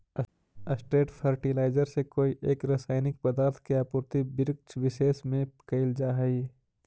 straight fertiliser से कोई एक रसायनिक पदार्थ के आपूर्ति वृक्षविशेष में कैइल जा हई